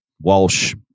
Walsh